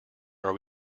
are